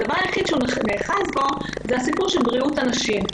הדבר היחיד שהוא נאחז בו הוא הסיפור של בריאות הנשים.